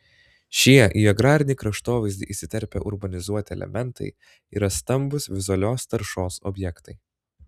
šie į agrarinį kraštovaizdį įsiterpę urbanizuoti elementai yra stambūs vizualios taršos objektai